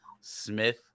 smith